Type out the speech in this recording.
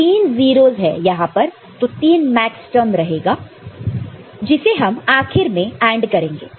तो तीन 0's है यहां पर तो तीन मैक्सटर्म्स रहेंगे जिसे हम आखिर में AND करेंगे